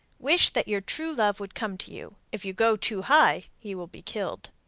wish that your true love would come to you. if you go too high, he will be killed.